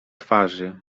twarzy